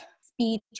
speech